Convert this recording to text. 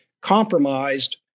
compromised